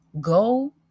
Go